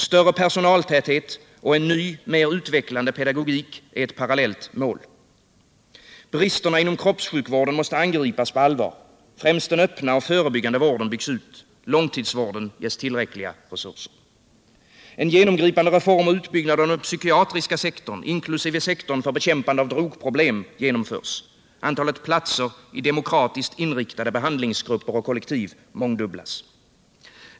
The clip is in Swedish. Större personaltäthet och en ny, mer utvecklande pedagogik är ett parallellt mål. Bristerna inom kroppssjukvården måste angripas på allvar. Främst den öppna och förebyggande vården byggs ut. Långtidsvården ges tillräckliga resurser. demokratiskt inriktade behandlingsgrupper och kollektiv mångdubblas.